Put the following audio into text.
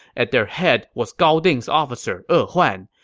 at their head was gao ding's officer e huan.